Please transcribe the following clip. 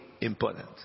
important